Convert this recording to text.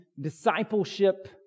discipleship